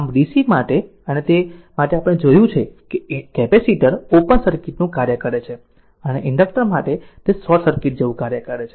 આમ DC માટે અને તે માટે આપણે જોયું છે કે કેપેસિટર ઓપન સર્કિટ નું કાર્ય કરે છે અને ઇન્ડક્ટર માટે તે શોર્ટ સર્કિટ તરીકે કાર્ય કરશે